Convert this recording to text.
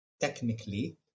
technically